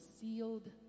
sealed